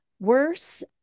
worse